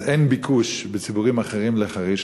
אז אין ביקוש בציבורים אחרים לחריש.